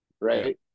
right